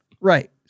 Right